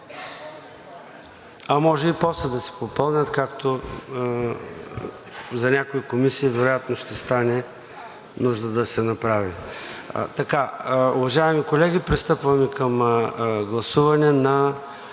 …а може и после да си попълнят, както за някои комисии вероятно ще стане нужда да се направи. Уважаеми колеги, пристъпваме към гласуване на